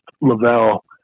Lavelle